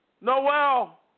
Noel